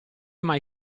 mai